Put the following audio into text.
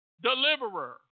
Deliverer